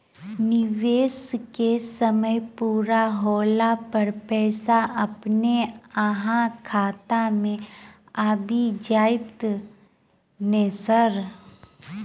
निवेश केँ समय पूरा होला पर पैसा अपने अहाँ खाता मे आबि जाइत नै सर?